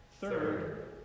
Third